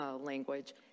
language